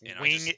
Wing